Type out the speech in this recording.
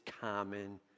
common